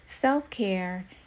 self-care